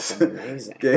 amazing